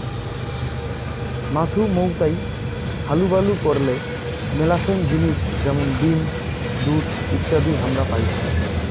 মাছুমৌতাই হালুবালু করলে মেলাছেন জিনিস যেমন ডিম, দুধ ইত্যাদি হামরা পাইচুঙ